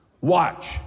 Watch